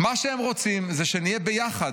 -- מה שהם רוצים זה שנהיה ביחד.